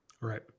Right